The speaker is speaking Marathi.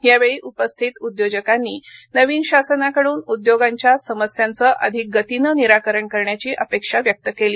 यावेळी उपस्थित उद्योजकांनी नवीन शासनाकडून उद्योगांच्या समस्यांचे अधिक गतीने निराकरण करण्याची अपेक्षा व्यक्त केली